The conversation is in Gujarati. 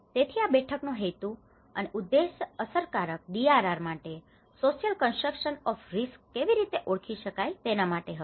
તેથી આ બેઠક નો હેતુ અને ઉદેશ્ય અસરકારક ડીઆરઆર માટે સોશિયલ કન્સ્ટ્રક્સન ઓફ રિસ્ક કેવી રીતે ઓળખી શકાય તેના માટે હતો